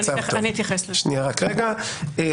תוך כדי הישיבה.